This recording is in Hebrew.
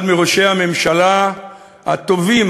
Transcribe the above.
אחד מראשי הממשלה הטובים,